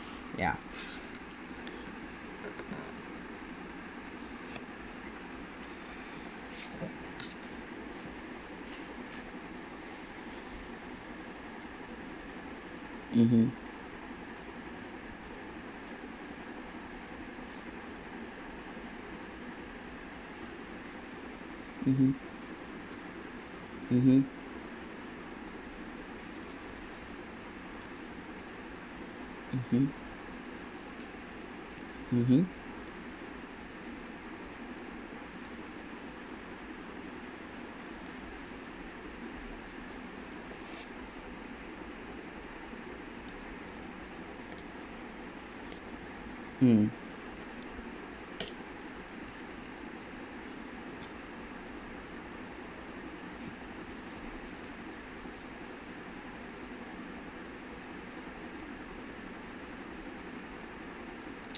ya mmhmm mmhmm mmhmm mmhmm mmhmm mm